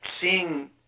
seeing